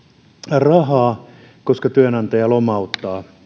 rahaa koska työnantaja lomauttaa